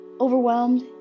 overwhelmed